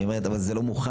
היא אומרת: אבל זה לא מוכן,